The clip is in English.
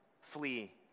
flee